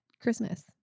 Christmas